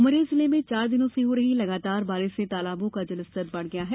उमरिया जिले में चार दिनों से हो रही लगातार बारिश से तालाबों का जलस्तर बढ़ गया है